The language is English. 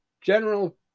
General